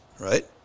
Right